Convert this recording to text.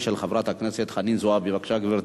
תעבור לוועדת הפנים והגנת